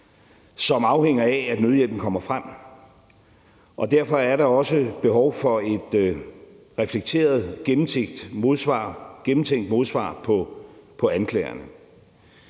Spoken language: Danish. som er afhængige af, at nødhjælpen kommer frem. Derfor er der også behov for et reflekteret, gennemtænkt modsvar på anklagerne.